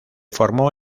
formó